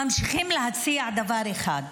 ממשיכים להציע דבר אחד: